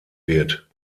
wird